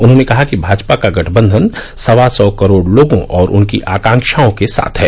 उन्होंने कहा कि भाजपा का गठबंधन सवा सौ करोड़ लोगों और उनकी आकांक्षाओं के साथ है